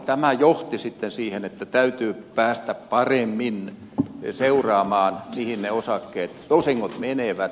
tämä johti sitten siihen että täytyy päästä paremmin seuraamaan mihin ne osingot menevät